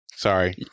Sorry